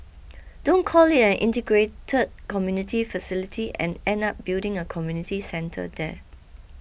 don't call it an integrated community facility and end up building a community centre there